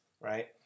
right